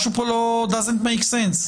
משהו פה doesn't make sense.